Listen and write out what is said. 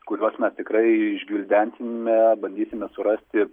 kuriuos mes tikrai išgvildensime bandysime surasti